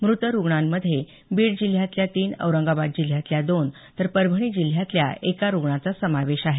मृत रुग्णांमध्ये बीड जिल्ह्यातल्या तीन औरंगाबाद जिल्ह्यातल्या दोन तर परभणी जिल्ह्यातल्या एका रुग्णाचा समावेश आहे